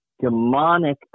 demonic